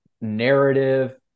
narrative